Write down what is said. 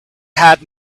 had